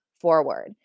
forward